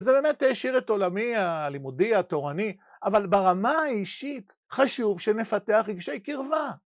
זה באמת העשיר את עולמי הלימודי, התורני, אבל ברמה האישית, חשוב שנפתח רגשי קרבה.